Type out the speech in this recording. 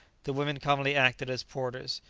the women commonly acted as porters,